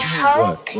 hope